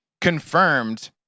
confirmed